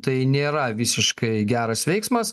tai nėra visiškai geras veiksmas